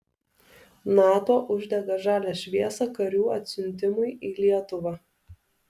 nato uždega žalią šviesą karių atsiuntimui į lietuvą